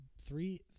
three